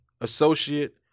associate